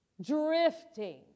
drifting